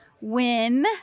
win